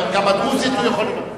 גם הדרוזים, אתה הולך,